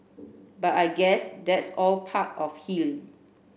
but I guess that's all part of healing